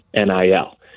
nil